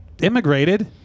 immigrated